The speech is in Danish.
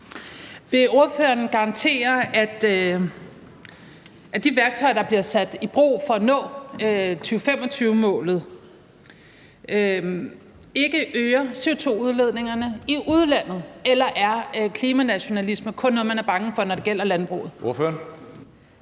Vil ordføreren garantere, at de værktøjer, der bliver taget i brug for at nå 2025-målet, ikke øger CO2-udledningerne i udlandet, eller er klimanationalisme kun noget, man er bange for, når det gælder landbruget? Kl.